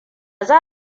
za